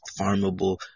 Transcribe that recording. farmable